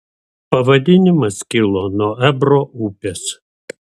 pavadinimas kilo nuo ebro upės